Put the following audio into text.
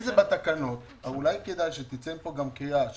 אם זה בתקנות, אולי כדאי שתצא מפה גם קריאה.